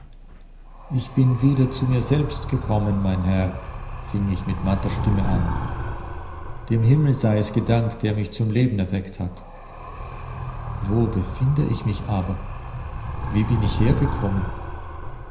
ich bin wieder zu mir selbst gekommen mein herr fing ich mit matter stimme an dem himmel sei es gedankt der mich zum leben erweckt hat wo befinde ich mich aber wie bin ich hergekommen